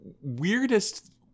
weirdest